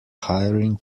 hiring